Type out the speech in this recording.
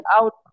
out